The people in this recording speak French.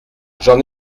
j’en